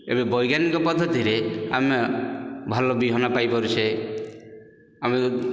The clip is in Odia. ଏବେ ବୈଜ୍ଞାନିକ ପଦ୍ଧତିରେ ଆମେ ଭଲ ବିହନ ପାଇ ପାରୁଛେ ଆମେ